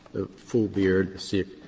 the full beard, sikh